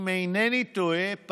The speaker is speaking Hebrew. אם אינני טועה,